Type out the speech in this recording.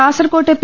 കാസർകോട്ട് പി